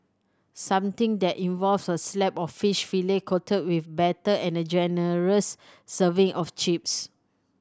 something that involves a slab of fish fillet coated with batter and a generous serving of chips